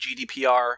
GDPR